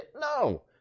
No